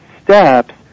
steps